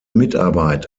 mitarbeit